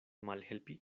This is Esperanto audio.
malhelpi